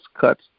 Cuts